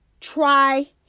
try